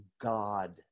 God